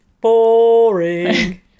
Boring